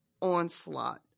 onslaught